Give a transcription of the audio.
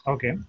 Okay